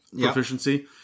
proficiency